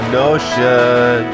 notion